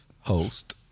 Host